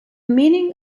meaning